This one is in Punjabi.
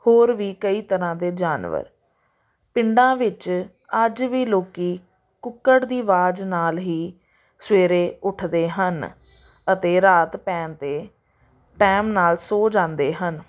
ਹੋਰ ਵੀ ਕਈ ਤਰ੍ਹਾਂ ਦੇ ਜਾਨਵਰ ਪਿੰਡਾਂ ਵਿੱਚ ਅੱਜ ਵੀ ਲੋਕ ਕੁੱਕੜ ਦੀ ਆਵਾਜ਼ ਨਾਲ ਹੀ ਸਵੇਰੇ ਉੱਠਦੇ ਹਨ ਅਤੇ ਰਾਤ ਪੈਣ 'ਤੇ ਟਾਈਮ ਨਾਲ ਸੋ ਜਾਂਦੇ ਹਨ